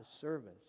service